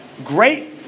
Great